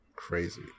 crazy